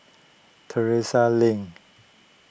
Terrasse Lane